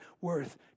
worth